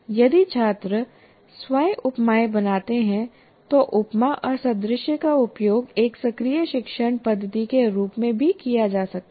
यदि छात्र स्वयं उपमाएँ बनाते हैं तो उपमा और सादृश्य का उपयोग एक सक्रिय शिक्षण पद्धति के रूप में भी किया जा सकता है